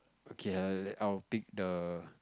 okay err I'll pick the